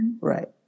Right